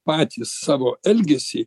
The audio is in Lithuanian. patys savo elgesį